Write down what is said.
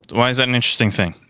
why is that an interesting thing?